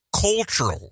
cultural